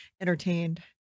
entertained